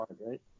right